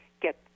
get